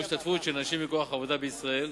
שיעור ההשתתפות של נשים בכוח העבודה בישראל,